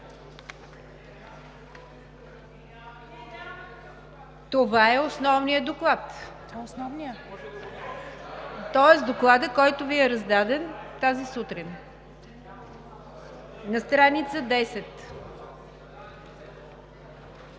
Това е основният доклад – докладът, който Ви е раздаден тази сутрин, на страница 10.